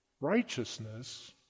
righteousness